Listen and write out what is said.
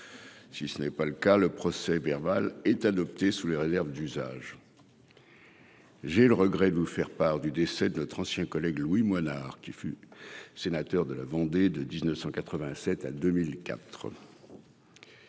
a pas d'observation ?... Le procès-verbal est adopté sous les réserves d'usage. J'ai le regret de vous faire part du décès de notre ancien collègue Louis Moinard, qui fut sénateur de la Vendée de 1987 à 2004.